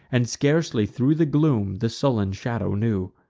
and scarcely thro' the gloom the sullen shadow knew.